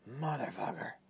Motherfucker